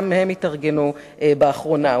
גם הם התארגנו באחרונה.